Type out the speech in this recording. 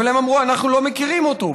אבל הם אמרו: אנחנו לא מכירים אותו,